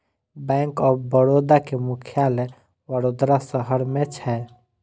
bank of Baroda के मुख्यालय वडोदरा शहर मे छै